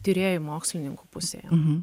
tyrėjų mokslininkų pusėje